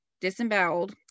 disemboweled